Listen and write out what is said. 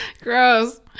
Gross